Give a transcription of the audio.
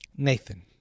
Nathan